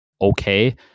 okay